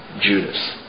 Judas